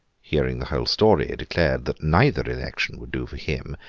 hearing the whole story, declared that neither election would do for him,